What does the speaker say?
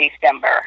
December